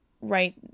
right